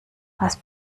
was